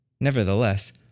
Nevertheless